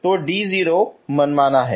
तो d0 मनमाना है